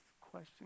question